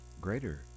greater